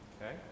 Okay